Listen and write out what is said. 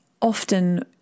often